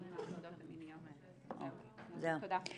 תודה.